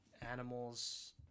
animals